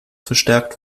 verstärkt